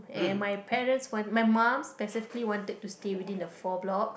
and my parents my mom specifically wanted to stay within the four block